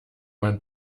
man